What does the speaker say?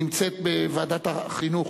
נמצאת בוועדת החינוך.